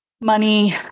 money